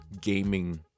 gaming